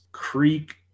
creek